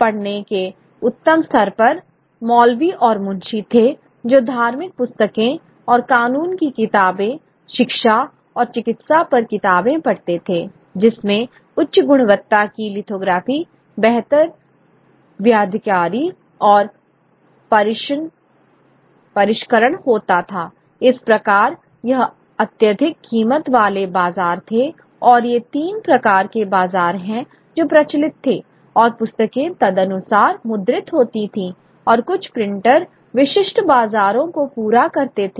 पढ़ने के उच्चतम स्तर पर मौलवी और मुंशी थे जो धार्मिक पुस्तकें और कानून की किताबें शिक्षा और चिकित्सा पर किताबें पढ़ते थे जिसमें उच्च गुणवत्ता की लिथोग्राफी बेहतर बाध्यकारी और परिष्करण होता था इस प्रकार यह अत्यधिक कीमत वाले बाजार थे और ये तीन प्रकार के बाजार हैं जो प्रचलित थे और पुस्तकें तदनुसार मुद्रित होती थीं और कुछ प्रिंटर विशिष्ट बाजारों को पूरा करते थे